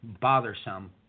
bothersome